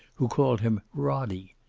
who called him roddie,